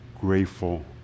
grateful